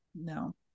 No